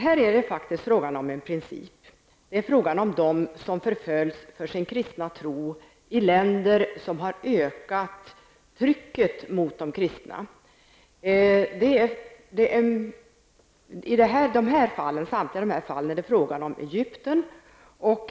Här är det faktiskt fråga om en princip, om de som förföljs för sin kristna tro i länder där trycket mot de kristna har ökat. I samtliga av dessa fall är det fråga om Egypten.